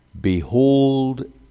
Behold